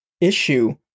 issue